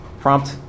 Prompt